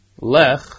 Lech